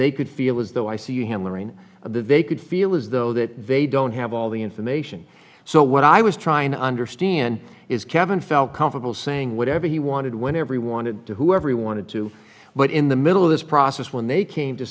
they could feel as though i see a hand lorraine of the vacant feel as though that they don't have all the information so what i was trying to understand is kevin felt comfortable saying whatever he wanted when every wanted to whoever he wanted to but in the middle of this process when they came to